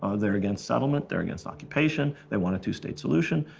ah theyire against settlement theyire against occupation they want a two-state solution.